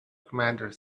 commander